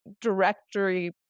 directory